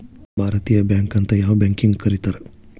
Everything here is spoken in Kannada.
ಭಾರತೇಯ ಬ್ಯಾಂಕ್ ಅಂತ್ ಯಾವ್ ಬ್ಯಾಂಕಿಗ್ ಕರೇತಾರ್?